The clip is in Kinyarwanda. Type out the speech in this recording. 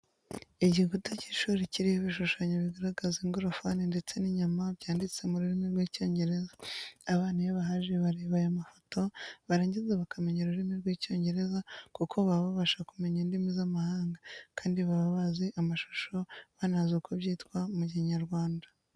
Igikuta cy'ishuri kiriho ibishushanyo bigaragaza ingorofani ndetse n'inyama byanditse mu rurimi rw'icyongereza, abana iyo bahaje bareba aya mafoto barangiza bakamenya ururimi rw'Icyongereza kuko baba babasha kumenya indimi z'amahanga, kandi baba bazi amashusho banazi uko byitwa mu Kinyarwanda.